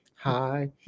Hi